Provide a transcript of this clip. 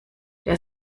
der